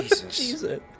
Jesus